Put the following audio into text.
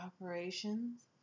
operations